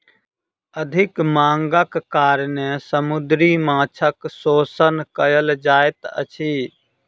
अधिक मांगक कारणेँ समुद्री माँछक शोषण कयल जाइत अछि